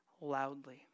loudly